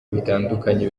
bitandukanye